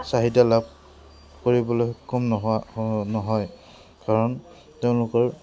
চাহিদা লাভ কৰিবলৈ সক্ষম নোহোৱা নহয় কাৰণ তেওঁলোকৰ